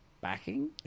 Backing